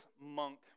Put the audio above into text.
monk